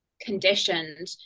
conditioned